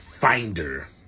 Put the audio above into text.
finder